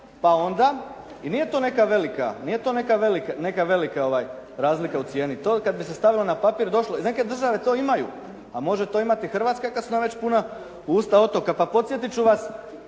velika, nije to neka velika razlika u cijeni. To kad bi se stavilo na papir došlo, neke države to imaju, a može to imati Hrvatska kad su nam već puna usta otoka. Pa podsjetit ću vas